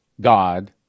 God